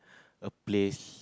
a place